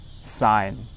sign